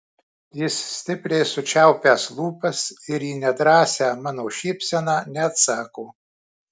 jis stipriai sučiaupęs lūpas ir į nedrąsią mano šypseną neatsako